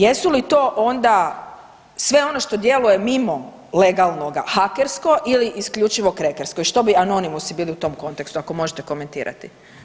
Jesu li to onda sve ono što djeluje mimo legalnoga hakersko ili isključivo krekersko i što bi Anonymous-i bili u tom kontekstu ako možete komentirati.